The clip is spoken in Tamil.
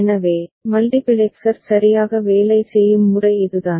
எனவே மல்டிபிளெக்சர் சரியாக வேலை செய்யும் முறை இதுதான்